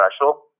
special